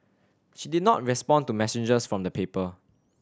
she did not respond to messages from the paper